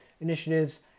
initiatives